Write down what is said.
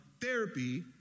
therapy